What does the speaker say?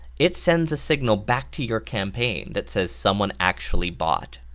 it sends a signal back to your campaign that says, someone actually bought,